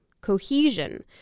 cohesion